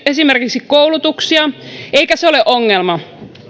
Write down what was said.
esimerkiksi koulutuksia eikä se ole ongelma